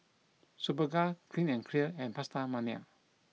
Superga Clean and Clear and PastaMania